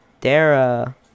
Dara